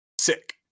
Sick